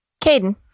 Caden